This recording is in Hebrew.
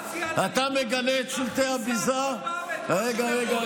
רגע, רגע,